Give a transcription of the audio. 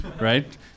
right